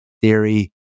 theory